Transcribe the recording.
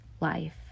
life